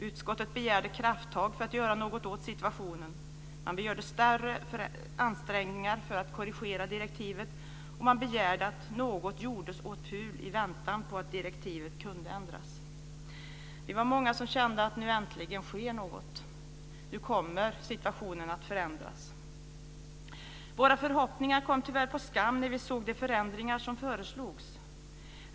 Utskottet begärde krafttag för att göra någonting åt situationen. Det begärde större ansträngningar för att korrigera direktivet, och det begärde att något gjordes åt PUL i väntan på att direktivet kunde ändras. Vi var många som kände att nu, äntligen, sker något. Nu kommer situationen att förändras. Våra förhoppningar kom tyvärr på skam när vi såg de förändringar som föreslogs.